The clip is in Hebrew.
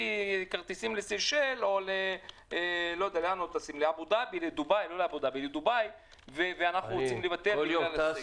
כרטיסים לסיישל או לדובאי ואנחנו רוצים לבטל בגלל הסגר.